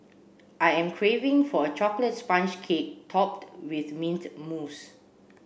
I am craving for a chocolate sponge cake topped with mint mousse